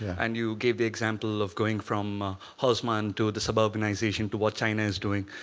and you gave the example of going from haussmann to the suburbanization to what china is doing.